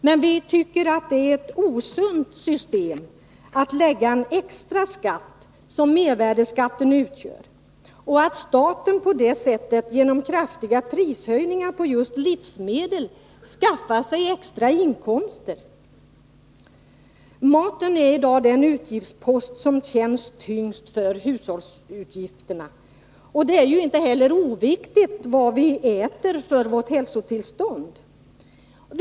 Men vi tycker att det är ett osunt system att på maten lägga en extra skatt, som mervärdeskatten utgör, och att staten på det sättet genom kraftiga prishöjningar på just livsmedel skaffar sig extra inkomster. Maten är i dag den utgiftspost som känns tyngst för hushållen, och det är inte heller oviktigt för vårt hälsotillstånd vad vi äter.